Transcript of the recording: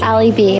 Ali-B